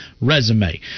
resume